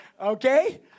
Okay